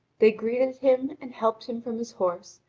they greeted him and helped him from his horse,